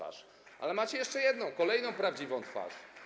Ale macie jeszcze jedną, kolejną prawdziwą twarz.